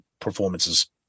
performances